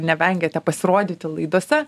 nevengiate pasirodyti laidose